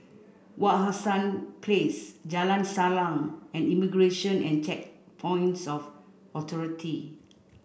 Wak Hassan Place Jalan Salang and Immigration and Checkpoints of Authority